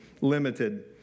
limited